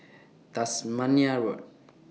Tasmania Road